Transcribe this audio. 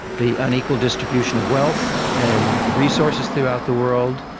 the unequal distribution of wealth and resources throughout the world,